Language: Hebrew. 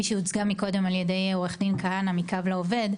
שהוצגה מקודם על ידי עו"ד כהנא מקו לעובד.